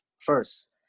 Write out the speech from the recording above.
first